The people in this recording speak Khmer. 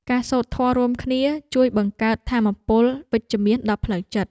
ការសូត្រធម៌រួមគ្នា ជួយបង្កើតថាមពលវិជ្ជមានដល់ផ្លូវចិត្ត។